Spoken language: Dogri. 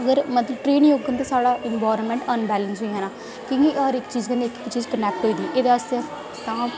दिक्खो जियां होई सोशालॉजी होई मेरी ते सब्जेक्ट जेह्ड़े न सोशालॉजी